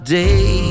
day